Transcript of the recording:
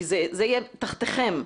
כי זה יהיה תחתיכם.